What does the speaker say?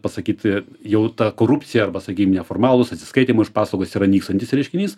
pasakyti jau ta korupcija arba sakykim neformalūs atsiskaitymai už paslaugas yra nykstantis reiškinys